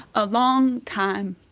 a long time,